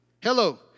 Hello